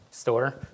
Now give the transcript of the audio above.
store